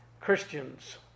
Christians